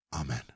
Amen